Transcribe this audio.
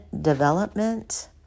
Development